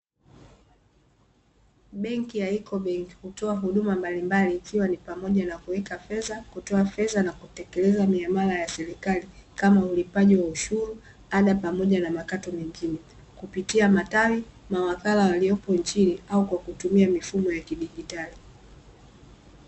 Benki ya Ecobank hutoa huduma mbalimbali ikiwa ni pamoja na kuweka fedha, kutoa fedha, na kutekeleza miamala ya serikali kama ulipaji wa ushuru, ada, pamoja na makato mengine kupitia matawi, mawakala waliopo nchini au kwa kutumia mifumo ya kidigitali.